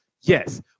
Yes